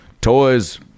toys